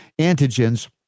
antigens